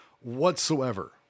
whatsoever